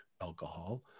alcohol